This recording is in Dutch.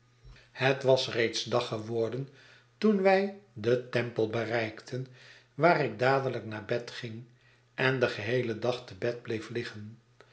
het was reeds dag geworden toen wij den temple bereikten waar ik dadelijk naar bed ging en den geheelen dag te bed bleef liggen